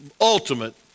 ultimate